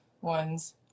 ones